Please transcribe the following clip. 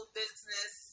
business